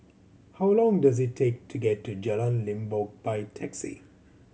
how long does it take to get to Jalan Limbok by taxi